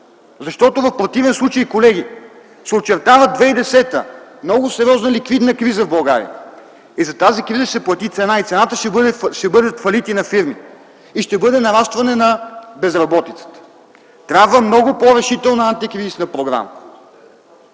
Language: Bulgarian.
защото в противен случай, колеги, се очертава в 2010 г. много сериозна ликвидна криза в България. За тази криза ще се плати цена и цената ще бъде фалити на фирми и ще бъде нарастване на безработицата. Трябва много по-решителна антикризисна програма.